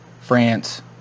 France